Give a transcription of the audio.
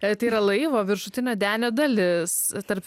jei tai yra laivo viršutinio denio dalis tarp